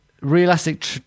Realistic